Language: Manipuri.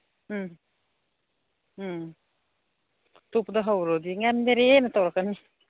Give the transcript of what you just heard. ꯎꯝ ꯎꯝ ꯑꯇꯣꯞꯞꯗ ꯍꯧꯔꯨꯔꯗꯤ ꯉꯝꯗꯔꯦꯅ ꯇꯧꯔꯛꯀꯅꯤ